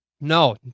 No